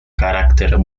carácter